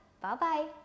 Bye-bye